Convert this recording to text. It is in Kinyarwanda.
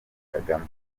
kagame